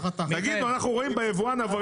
תגידו שאתם רואים ביבואנים עבריינים.